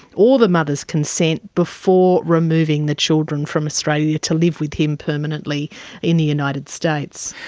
or the mother's consent, before removing the children from australia to live with him permanently in the united states.